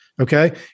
okay